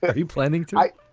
ah you planning to?